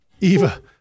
Eva